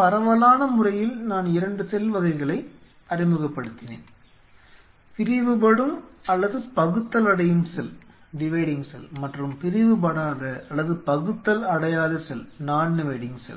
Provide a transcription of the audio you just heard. பரவலான முறையில் நான் 2 செல் வகைகளை அறிமுகப்படுத்தினேன் பிரிவுபடும் அல்லது பகுத்தலடையும் செல் மற்றும் பிரிவுபடாத அல்லது பகுத்தலடையாத செல்